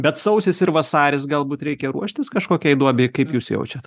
bet sausis ir vasaris galbūt reikia ruoštis kažkokiai duobei kaip jūs jaučiat